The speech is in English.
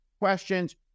questions